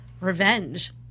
revenge